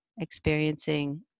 experiencing